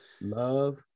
Love